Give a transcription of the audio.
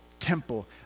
Temple